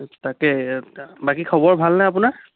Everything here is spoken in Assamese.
তাকে বাকী খবৰ ভালনে আপোনাৰ